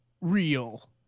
real